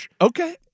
okay